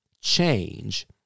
change